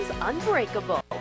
unbreakable